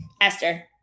Esther